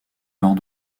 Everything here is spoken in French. lors